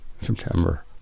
September